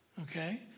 Okay